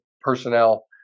personnel